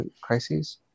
crises